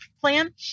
plan